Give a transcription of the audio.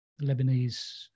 Lebanese